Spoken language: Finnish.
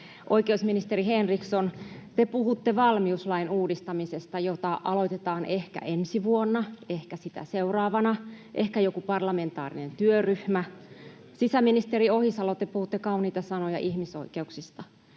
Oikeusministeri Henriksson, te puhutte valmiuslain uudistamisesta, jota aloitetaan ehkä ensi vuonna, ehkä sitä seuraavana, ehkä joku parlamentaarinen työryhmä. [Petri Huru: Tilanne on käsillä nyt!] Sisäministeri Ohisalo, te puhutte kauniita sanoja ihmisoikeuksista.